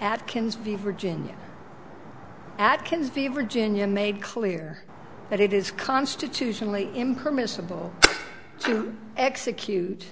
atkins v virginia atkins v virginia made clear that it is constitutionally impermissible to execute